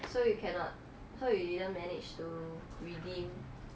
so you cannot so you didn't manage to redeem